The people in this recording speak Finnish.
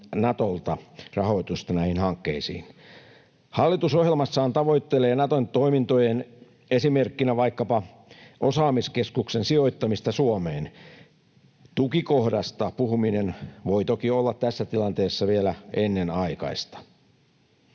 Natolta rahoitusta näihin hankkeisiin. Hallitusohjelmassa tavoitellaan Naton toimintojen, esimerkkinä vaikkapa osaamiskeskuksen, sijoittamista Suomeen. Tukikohdasta puhuminen voi toki olla tässä tilanteessa vielä ennenaikaista.